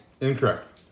Incorrect